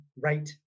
right